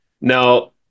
Now